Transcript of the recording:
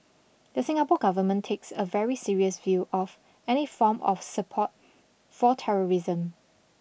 the Singapore Government takes a very serious view of any form of support for terrorism